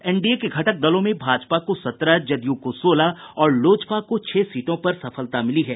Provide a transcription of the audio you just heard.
NDA के घटक दलों में भाजपा को सत्रह जदयू को सोलह और लोजपा को छह सीटों पर सफलता मिली है